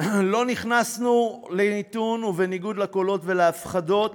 לא נכנסנו למיתון, ובניגוד לקולות ולהפחדות